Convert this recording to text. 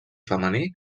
femení